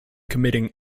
committing